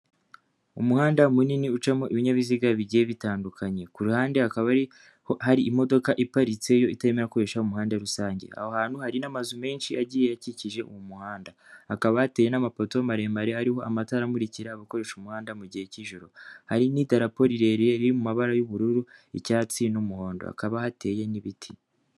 Umuhanda munini uciyemo ibinyabiziga bigiye bitandukanye, ku ruhande hakaba ariho hari imodoka iparitse yo itarimo irakoresha umuhanda rusange, aho hantu hari n'amazu menshi agiye akikije uwo muhanda, hakaba hateye n'amapoto maremare ariho amatara amurikira abakoresha umuhanda mu gihe cy'ijoro, hari n'idarapo rirerire riri mu mabara y'ubururu, icyatsi n'umuhondo, hakaba hateye n'ibiti.